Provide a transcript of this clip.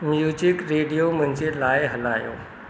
music radio मुंहिंजे लाइ हलायो